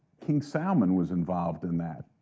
king salman was involved in that.